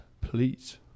Please